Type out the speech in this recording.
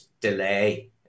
delay